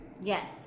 yes